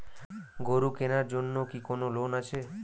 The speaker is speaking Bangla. গরু কেনার জন্য কি কোন লোন আছে?